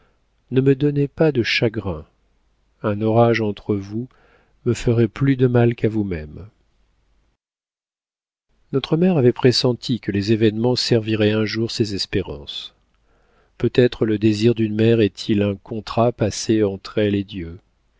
ne me donnez pas de chagrins un orage entre vous me ferait plus de mal qu'à vous-mêmes notre mère avait pressenti que les événements serviraient un jour ses espérances peut-être le désir d'une mère est-il un contrat passé entre elle et dieu